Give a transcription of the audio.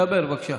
דבר, בבקשה.